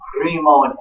primo